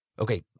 Okay